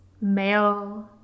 male